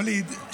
ווליד,